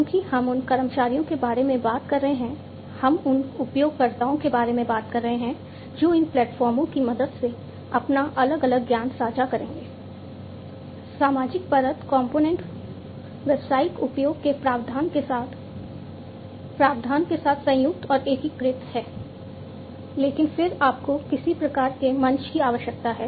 सहयोग प्लेटफॉर्मस व्यावसायिक उपयोग के प्रावधान के साथ प्रावधान के साथ संयुक्त और एकीकृत है लेकिन फिर आपको किसी प्रकार के मंच की आवश्यकता है